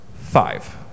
Five